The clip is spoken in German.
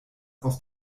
aus